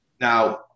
Now